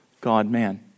God-man